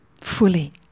fully